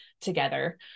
together